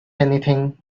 anything